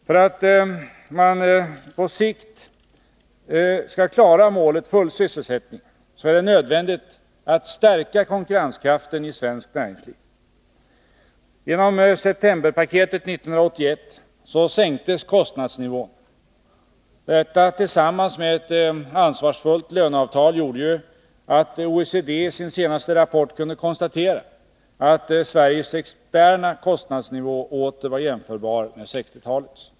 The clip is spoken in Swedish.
För att på sikt klara målet full sysselsättning är det nödvändigt att stärka konkurrenskraften i svenskt näringsliv. Genom septemberpaketet 1981 sänktes kostnadsnivån. Detta tillsammans med ett ansvarsfullt löneavtal gjorde att OECD i sin senaste rapport kunde konstatera att Sveriges externa kostnadsnivå åter var jämförbar med 1960-talets.